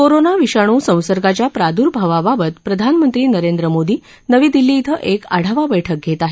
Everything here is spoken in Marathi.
कोरोना विषाणू संसर्गाच्या प्रादुर्भावाबाबत प्रधानमंत्री नरेंद्र मोदी नवी दिल्ली इथं एक आढावा बैठक घेत आहेत